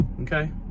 Okay